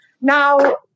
Now